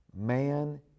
man